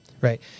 right